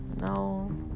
No